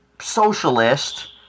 socialist